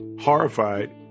horrified